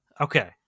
Okay